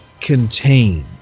contained